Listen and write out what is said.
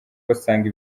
basanga